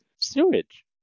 sewage